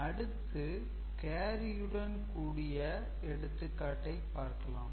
அடுத்து கேரியுடன் கூடிய எடுத்துக்காட்டைப் பார்க்கலாம்